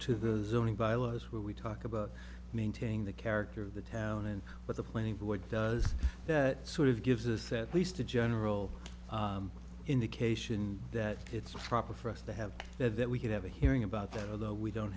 laws where we talk about maintaining the character of the town and what the planning what does that sort of gives us at least a general indication that it's proper for us to have that that we could have a hearing about that although we don't